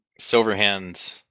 silverhand